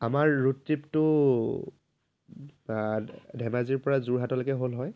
আমাৰ ৰোড ট্ৰিপটো ধেমাজিৰ পৰা যোৰহাটলৈকে হ'ল হয়